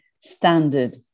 standard